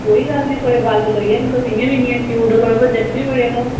कोई गल्ल निं थुहाड़े बाल कटोई जाने न तुस इ'यां बी इन्नियां क्यूट ओ थुआढ़े पर जचने बी न बड़े ओह्